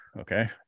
Okay